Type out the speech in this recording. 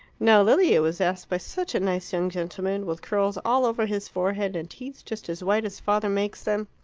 now lilia was asked by such a nice young gentleman, with curls all over his forehead, and teeth just as white as father makes them.